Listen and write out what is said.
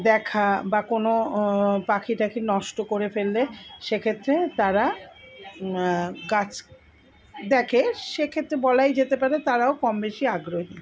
দেখা বা কোনো পাখি টাখি নষ্ট করে ফেললে সেক্ষেত্রে তারা গাছ দেখে সেক্ষেত্রে বলাই যেতে পারে তারাও কমবেশি আগ্রহী